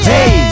Hey